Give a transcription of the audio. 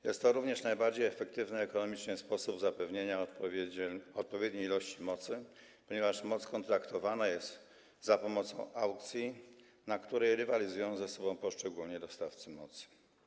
Jest to również najbardziej efektywny ekonomicznie sposób zapewnienia odpowiedniej ilości mocy, ponieważ moc kontraktowana jest za pomocą aukcji, na której rywalizują ze sobą poszczególni dostawcy mocy.